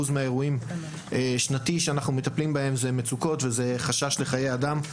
מהאירועים שנתי שאנחנו מטפלים בהם זה מצוקות וזה חשש לחיי אדם.